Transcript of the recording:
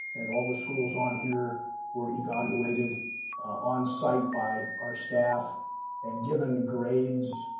and all the schools on here were evaluated onsite by our staff and given grades,